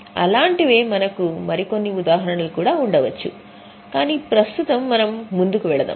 అలాంటివే మనకు మరికొన్ని ఉదాహరణలు కూడా ఉండవచ్చు కాని ప్రస్తుతం మనం ముందుకు వెళ్దాం